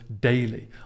daily